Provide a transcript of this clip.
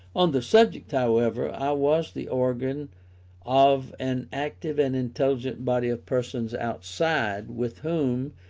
on this subject, however, i was the organ of an active and intelligent body of persons outside, with whom,